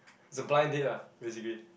it's a blind date ah basically